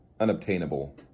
unobtainable